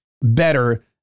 better